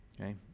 okay